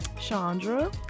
Chandra